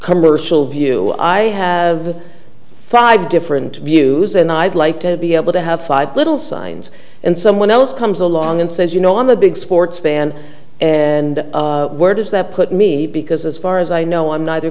commercial view i have five different views and i'd like to be able to have five little signs and someone else comes along and says you know i'm a big sports fan and where does that put me because as far as i know i'm n